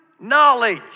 knowledge